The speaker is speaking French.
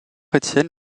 étienne